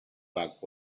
back